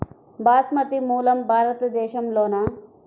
బాస్మతి మూలం భారతదేశంలోనా?